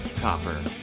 Copper